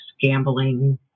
gambling